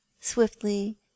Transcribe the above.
swiftly